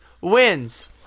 wins